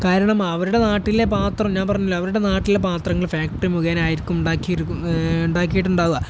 കാരണം അവരുടെ നാട്ടിലെ പാത്രം ഞാൻ പറഞ്ഞില്ലെ അവരുടെ നാട്ടിലെ പാത്രങ്ങൾ ഫാക്ടറി മുഖേന ആയിരിക്കും ഉണ്ടാക്കി ഉണ്ടാക്കിയിട്ടുണ്ടാവുക